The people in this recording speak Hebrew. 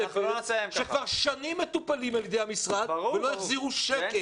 שכבר שנים מטופלים על ידי המשרד ולא החזירו שקל,